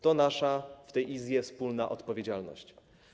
To nasza w tej Izbie wspólna odpowiedzialność.